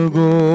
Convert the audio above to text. go